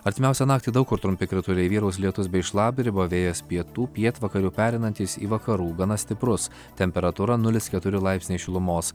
artimiausią naktį daug kur trumpi krituliai vyraus lietus bei šlapdriba vėjas pietų pietvakarių pereinantis į vakarų gana stiprus temperatūra nulis keturi laipsniai šilumos